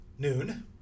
Noon